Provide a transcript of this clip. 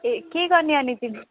ए के गर्ने अनि तिमी